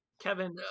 Kevin